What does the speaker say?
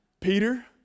Peter